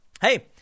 Hey